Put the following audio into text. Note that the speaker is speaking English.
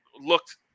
looked